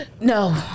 No